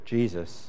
Jesus